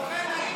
נוכל.